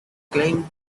claimed